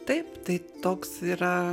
taip tai toks yra